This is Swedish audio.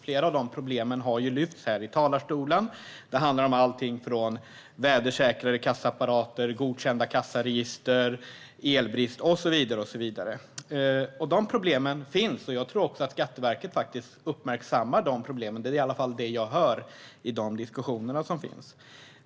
Flera av de problemen har nu lyfts fram i talarstolen - det handlar om alltifrån mer vädersäkra kassaapparater och godkända kassaregister till elbrist och så vidare. Dessa problem finns, och jag tror att Skatteverket faktiskt uppmärksammar dem. Det är i alla fall det jag hör i de diskussioner som finns.